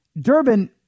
Durbin